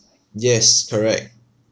yes correct